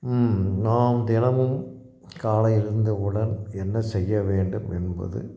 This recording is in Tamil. ம் நாம் தினமும் காலையில் எழுந்தவுடன் என்ன செய்யவேண்டும் என்பது